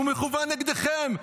הוא מכוון נגדכם,